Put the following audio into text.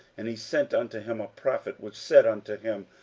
and he sent unto him a prophet, which said unto him,